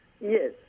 Yes